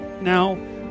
Now